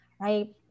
right